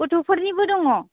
गथ'फोरनिबो दङ